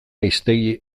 hiztegi